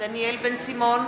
דניאל בן-סימון,